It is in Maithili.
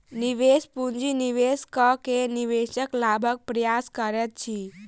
निवेश पूंजी निवेश कअ के निवेशक लाभक प्रयास करैत अछि